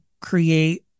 create